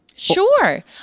Sure